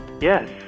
Yes